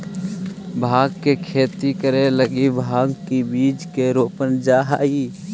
भाँग के खेती करे लगी भाँग के बीज के रोपल जा हई